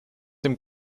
dem